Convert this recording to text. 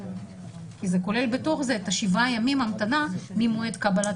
כי זה כולל בתוך זה את שבעה הימים המתנה ממועד קבלת